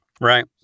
Right